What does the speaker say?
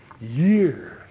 years